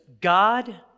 God